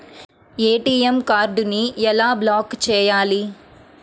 ATM కార్డుని ఎలా block చేయాలి?